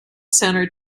center